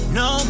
no